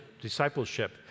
discipleship